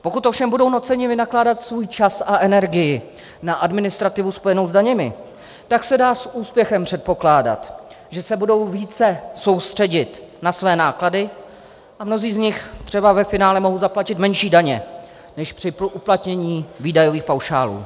Pokud ovšem budou nuceni vynakládat svůj čas a energii na administrativu spojenou s daněmi, tak se dá s úspěchem předpokládat, že se budou více soustředit na své náklady a mnozí z nich třeba ve finále mohou zaplatit menší daně než při uplatnění výdajových paušálů.